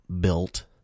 built